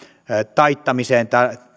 taittamiseen